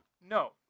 No